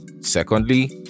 Secondly